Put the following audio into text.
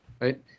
Right